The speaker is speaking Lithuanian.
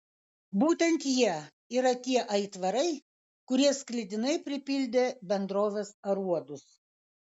būtent jie yra tie aitvarai kurie sklidinai pripildė bendrovės aruodus